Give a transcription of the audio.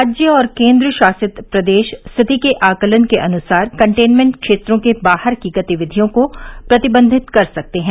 राज्य और केन्द्रशासित प्रदेश स्थिति के आकलन के अनुसार कंटेनमेंट क्षेत्रों के बाहर की गतिविधियों को प्रतिबंधित कर सकते हैं